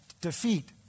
defeat